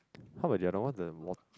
how about the other one the water